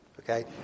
okay